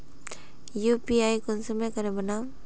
UPI कुंसम करे बनाम?